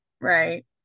right